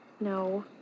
No